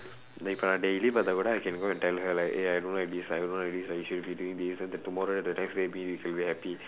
இப்ப:ippa daily பாத்தா கூட:paaththaa kuuda I can go and tell her like eh I don't like this like I don't like this like she'll be doing this then the tomorrow the next day maybe you can very happy